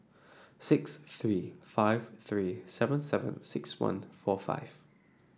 six three five three seven seven six one four five